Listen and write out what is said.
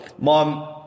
mom